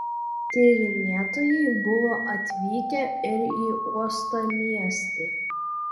tyrinėtojai buvo atvykę ir į uostamiestį